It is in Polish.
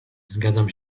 zgadzam